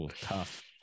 tough